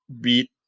beat